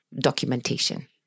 documentation